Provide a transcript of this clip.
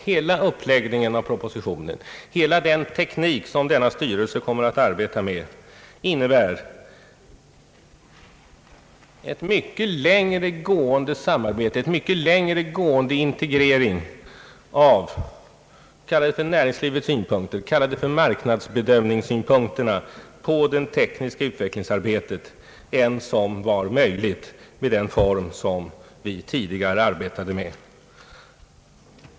Hela uppläggningen i propositionen och hela den teknik som denna styrelse kommer att arbeta med innebär eft mycket längre gående samarbete och en mycket längre gående integrering av näringslivets synpunkter och marknadsbedömningssynpunkterna på det tekniska utvecklingsarbetet än som var möjligt med den form vi tidigare arbetade efter.